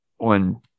on